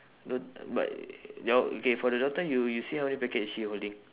no but your okay for the daughter you you see how many packet is she holding